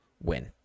win